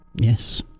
Yes